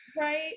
Right